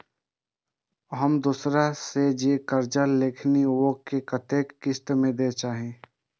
हम दोसरा से जे कर्जा लेलखिन वे के कतेक किस्त में दे के चाही?